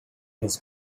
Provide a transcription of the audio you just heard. his